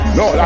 no